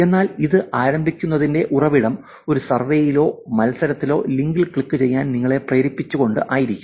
എന്നാൽ ഇത് ആരംഭിക്കുന്നതിന്റെ ഉറവിടം ഒരു സർവേയിലോ മത്സരത്തിലോ ലിങ്കിൽ ക്ലിക്കുചെയ്യാൻ നിങ്ങളെ പ്രേരിപ്പിച്ചുകൊണ്ടു ആയിരിക്കും